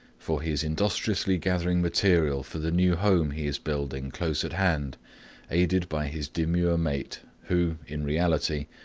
for he is industriously gathering material for the new home he is building close at hand aided by his demure mate, who, in reality,